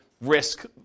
Risk